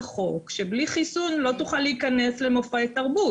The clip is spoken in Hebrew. חוק שבלי חיסון לא תוכל להיכנס למופעי תרבות.